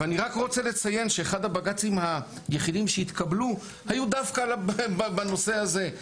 אחד הבג"צים היחידים שהתקבלו היה דווקא בנושא הזה,